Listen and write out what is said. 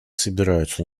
собираются